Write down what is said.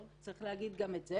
צריך להגיד גם את זה